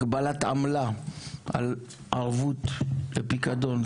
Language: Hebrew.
הגבלת עמלה על ערבות ופיקדון,